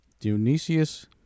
Dionysius